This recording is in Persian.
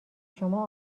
شما